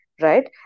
right